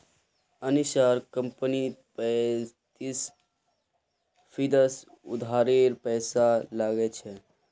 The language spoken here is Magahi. अनीशार कंपनीत पैंतीस फीसद उधारेर पैसा लागिल छ